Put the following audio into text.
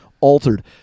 altered